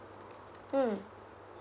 mm